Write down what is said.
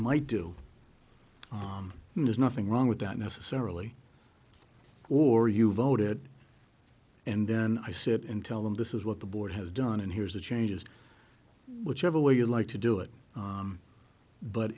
might do there's nothing wrong with that necessarily or you voted and then i sit in tell them this is what the board has done and here's the changes whichever way you'd like to do it